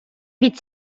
від